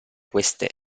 queste